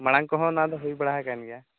ᱢᱟᱲᱟᱝ ᱠᱚᱦᱚᱸ ᱚᱱᱟ ᱫᱚ ᱦᱩᱭ ᱵᱟᱲᱟ ᱟᱠᱟᱱ ᱜᱮᱭᱟ